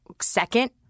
second